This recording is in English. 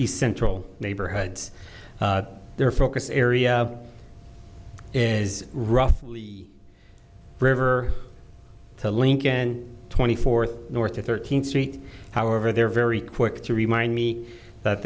essential neighborhoods their focus area is roughly the river to lincoln twenty fourth north thirteenth street however they're very quick to remind me that